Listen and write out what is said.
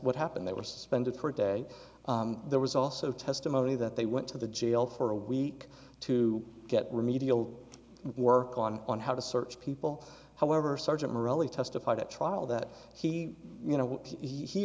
what happened they were suspended for a day there was also testimony that they went to the jail for a week to get remedial work on on how to search people however sergeant morelli testified at trial that he you know he